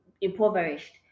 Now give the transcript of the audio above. impoverished